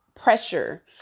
pressure